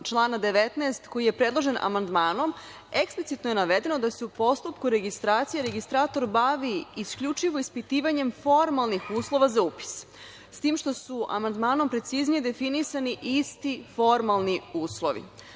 člana 19, koji je predložen amandmanom, eksplicitno je navedeno da se u postupku registracije registrator bavi isključivo ispitivanjem formalnih uslova za upis, s tim što su amandmanom preciznije definisani isti formalni